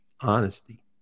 honesty